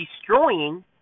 destroying